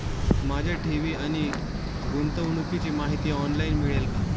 माझ्या ठेवी आणि गुंतवणुकीची माहिती ऑनलाइन मिळेल का?